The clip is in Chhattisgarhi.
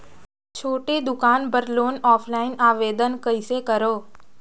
छोटे दुकान बर लोन ऑफलाइन आवेदन कइसे करो?